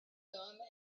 tome